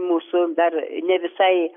mūsų dar ne visai